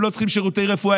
הם לא צריכים שירותי רפואה,